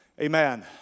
Amen